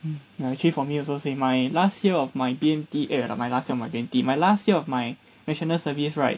ya actually for me also same my last year of my B_M_T eh not my last year of my B_M_T my last year of my national service right